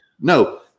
No